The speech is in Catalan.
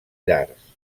llars